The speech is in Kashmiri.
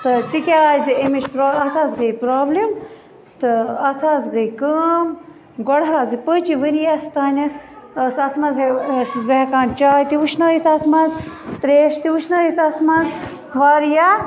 تِکیٛازِ امِچ پرٛا اَتھ حظ گٔے پرٛابلِم تہٕ اَتھ حظ گٔے کٲم گۄڈٕ حظ پٔچ یہِ ؤریس تانٮ۪تھ تَتھ منٛز حظ ٲسٕس بہٕ ہٮ۪کان چاے تہِ وٕشنٲیِتھ اَتھ منٛز تریش تہِ وٕشنٲیِتھ منٛز وارِیاہ